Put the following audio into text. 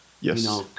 yes